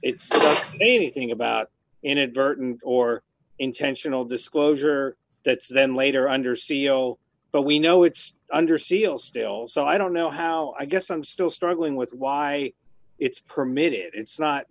it's anything about inadvertent or intentional disclosure that then lie it are under seal but we know it's under seal still so i don't know how i guess i'm still struggling with why it's permitted it's not